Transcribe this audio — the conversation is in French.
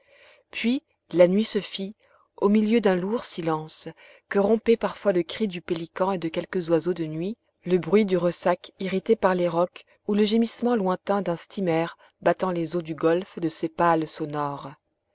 puis la nuit se fit au milieu d'un lourd silence que rompaient parfois le cri du pélican et de quelques oiseaux de nuit le bruit du ressac irrité par les rocs ou le gémissement lointain d'un steamer battant les eaux du golfe de ses pales sonores